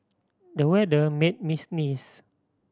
the weather made me sneeze